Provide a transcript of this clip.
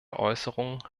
äußerungen